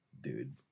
dude